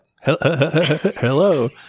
hello